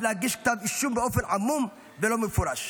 להגיש כתב אישום באופן עמום ולא מפורש.